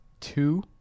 two